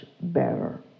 better